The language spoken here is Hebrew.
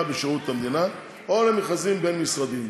בשירות המדינה או למכרזים בין-משרדיים.